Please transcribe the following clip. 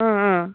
ஆ ஆ